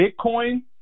Bitcoin